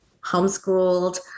homeschooled